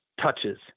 touches